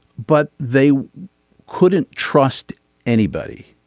but they couldn't trust anybody.